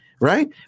right